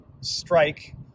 strike